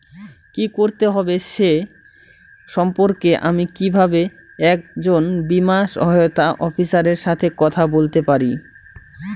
কী করতে হবে সে সম্পর্কে আমি কীভাবে একজন বীমা সহায়তা অফিসারের সাথে কথা বলতে পারি?